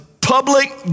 public